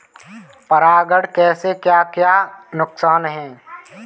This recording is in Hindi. परागण से क्या क्या नुकसान हैं?